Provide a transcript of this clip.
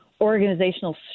organizational